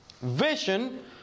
vision